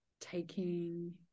taking